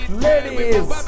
ladies